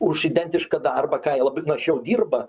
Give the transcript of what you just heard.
už identišką darbą ką jie labai našiau dirba